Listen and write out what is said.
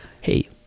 Hey